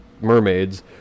mermaids